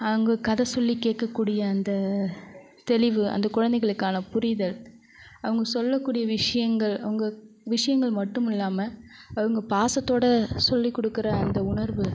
அவங்க கதை சொல்லிக் கேட்கக்கூடிய அந்த தெளிவு அந்த குழந்தைகளுக்கான புரிதல் அவங்க சொல்லக்கூடிய விஷயங்கள் அவங்க விஷயங்கள் மட்டும் இல்லாமல் அவங்க பாசத்தோட சொல்லிக் கொடுக்குற அந்த உணர்வு